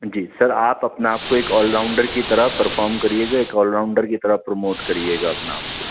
جی sir آپ اپنا آپ کو ایک آل راؤنڈر کی طرح پرفارم کریے گا ایک آل راؤنڈر کی طرح پروموٹ کریے گا اپنا آپ کو